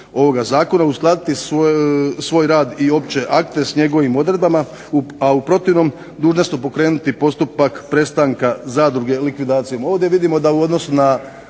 uskladiti svoj rad i opće akte s njegovim odredbama, a u protivnom dužne su pokrenuti postupak prestanka zadruge likvidacijom.